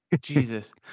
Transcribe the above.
Jesus